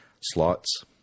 slots